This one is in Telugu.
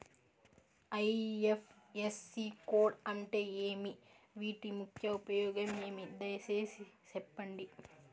ఐ.ఎఫ్.ఎస్.సి కోడ్ అంటే ఏమి? వీటి ముఖ్య ఉపయోగం ఏమి? దయసేసి సెప్పండి?